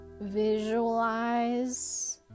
visualize